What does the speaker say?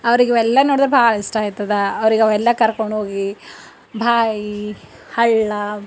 ಅವ್ರಿಗೆ ಇವೆಲ್ಲ ನೋಡಿದ್ರೆ ಭಾಳ ಇಷ್ಟ ಆಯ್ತದ ಅವರಿಗೆ ಅವೆಲ್ಲ ಕರ್ಕೊಂಡೋಗಿ ಬಾವಿ ಹಳ್ಳ